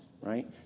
right